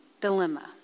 Dilemma